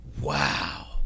Wow